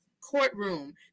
courtroom